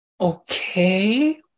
okay